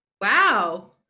wow